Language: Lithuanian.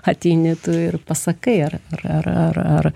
ateini tu ir pasakai ar ar ar ar